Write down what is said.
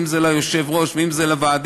אם זה לתפקיד היושב-ראש ואם זה לוועדים,